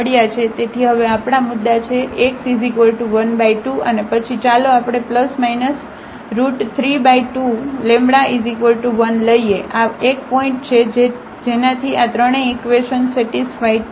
તેથી હવે આપણા મુદ્દા છે તેથી x12 અને પછી ચાલો આપણે 32 λ1 લઈએ આ 1 પોઇન્ટ છે જેન થી આ ત્રણેય ઇકવેશન સેટિસ્ફાઇડ છે